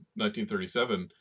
1937